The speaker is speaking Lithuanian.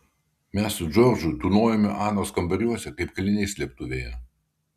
mes su džordžu tūnojome anos kambariuose kaip kaliniai slėptuvėje